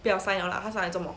不要 sign liao lah 她 sign 来做么